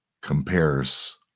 compares